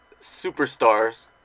superstars